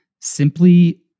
simply